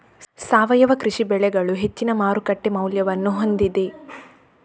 ಸಾವಯವ ಕೃಷಿ ಬೆಳೆಗಳು ಹೆಚ್ಚಿನ ಮಾರುಕಟ್ಟೆ ಮೌಲ್ಯವನ್ನು ಹೊಂದಿದೆ